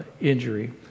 injury